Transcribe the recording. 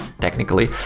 technically